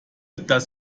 das